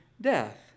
death